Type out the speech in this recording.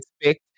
expect